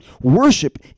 Worship